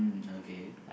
mm okay